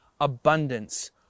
Abundance